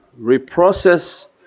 reprocess